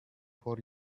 for